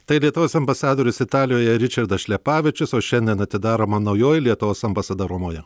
tai lietuvos ambasadorius italijoje ričardas šlepavičius o šiandien atidaroma naujoji lietuvos ambasada romoje